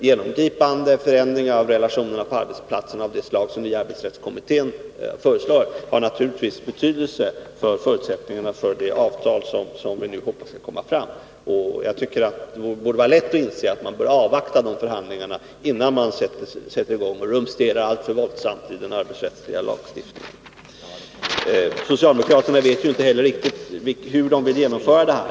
Genomgripande förändringar av relationerna på arbetsplatserna av det slag som arbetsrättskommittén föreslår har naturligtvis betydelse för förutsättningarna för de avtal som vi hoppas skall slutas. Jag tycker det borde vara lätt att inse att man bör avvakta de förhandlingarna, innan man börjar rumstera om alltför våldsamt och driva igenom den här beskäftiga lagstiftningen. Socialdemokraterna vet ju inte heller riktigt hur de vill genomföra det här.